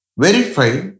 verify